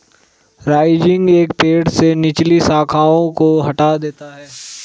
rising एक पेड़ से निचली शाखाओं को हटा देता है